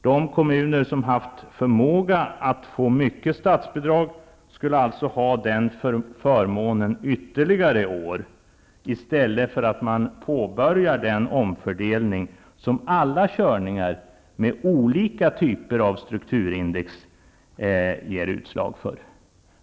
De kommuner som har haft förmåga att få mycket statsbidrag skulle alltså ha den förmånen ytterligare år, i stället för att man påbörjar den omfördelning som alla körningar med olika typer av strukturindex ger utslag för.